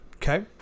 okay